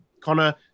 Connor